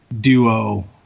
duo